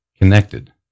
connected